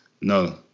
No